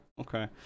Okay